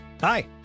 Hi